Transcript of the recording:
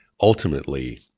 ultimately